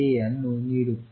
ಅನ್ನು ನೀಡುತ್ತದೆ